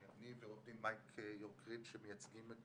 שלי ושל עורך מייק יורק-ריד, שמייצגים את